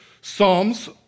Psalms